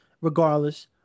regardless